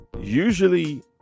Usually